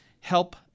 help